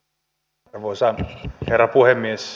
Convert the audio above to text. arvoisa herra puhemies